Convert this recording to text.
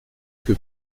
que